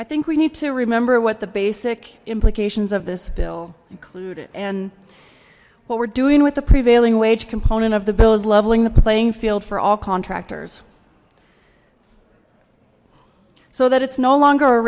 i think we need to remember what the basic implications of this bill include and what we're doing with the prevailing wage component of the bill is leveling the playing field for all contractors so that it's no longer a